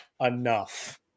enough